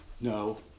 no